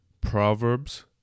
Proverbs